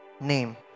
name